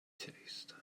taste